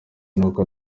nuko